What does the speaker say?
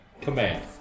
Command